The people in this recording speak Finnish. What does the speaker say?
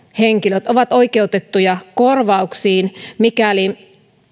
henkilöt ovat oikeutettuja korvauksiin mikäli